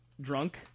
drunk